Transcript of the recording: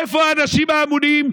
איפה האנשים האמונים,